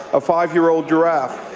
a five-year old giraffe.